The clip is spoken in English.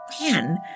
man